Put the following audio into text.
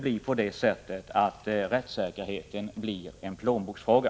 Rättssäkerheten får inte bli en plånboksfråga.